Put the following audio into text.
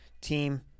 team